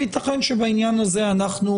וייתכן שבעניין הזה אנחנו